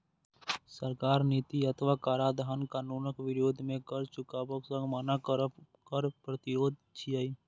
सरकारक नीति अथवा कराधान कानूनक विरोध मे कर चुकाबै सं मना करब कर प्रतिरोध छियै